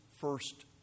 first